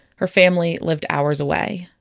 her family lived hours away.